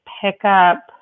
pickup